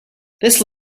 this